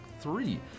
three